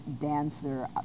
dancer